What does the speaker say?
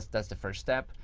that's the first step.